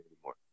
anymore